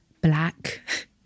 black